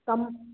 ସମ୍